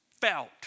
felt